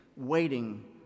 waiting